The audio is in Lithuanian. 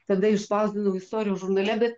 tada išspausdinau istorijų žurnale bet